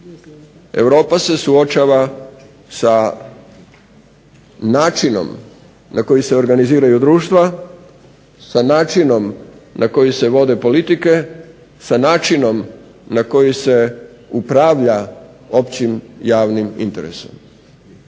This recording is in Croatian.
Europa se suočava sa načinom na koji se organiziraju društva, sa načinom na koji se vode politike, sa načinom na koji se upravlja općim javnim interesom.